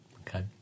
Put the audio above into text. Okay